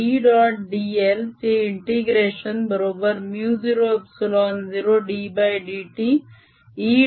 dl चे integration बरोबर μ0ε0ddt E